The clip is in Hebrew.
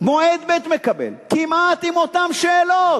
מועד ב' מקבל, כמעט עם אותן שאלות,